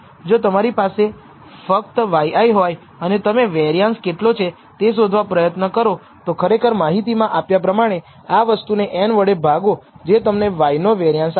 જો તમારી પાસે ફક્ત yi હોય અને તમે વેરીઆંશ કેટલો છે તે શોધવા પ્રયત્ન કરો તો ખરેખર માહિતીમાં આપ્યા પ્રમાણે આ વસ્તુને n વડે ભાગો જે તમને y નો વેરીઆંશ આપશે